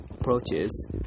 approaches